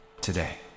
today